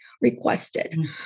requested